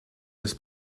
des